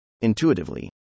Intuitively